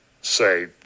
say